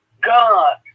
God